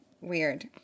weird